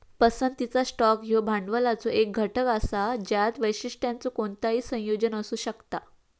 पसंतीचा स्टॉक ह्यो भांडवलाचो एक घटक असा ज्यात वैशिष्ट्यांचो कोणताही संयोजन असू शकता